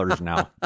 now